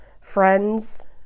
friends